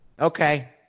Okay